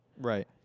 Right